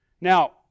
Now